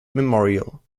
memorial